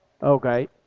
Okay